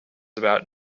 about